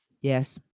Yes